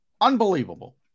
Unbelievable